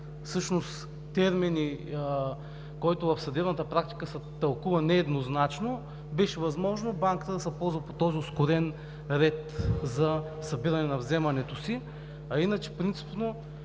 всъщност термин, който в съдебната практика се тълкува нееднозначно, беше възможно банката да се ползва по този ускорен ред за събиране на вземането си. А иначе, принципно